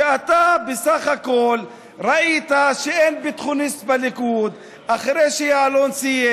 שאתה בסך הכול ראית שאין ביטחוניסט בליכוד אחרי שיעלון סיים.